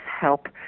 help